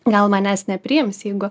gal manęs nepriims jeigu